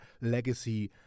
legacy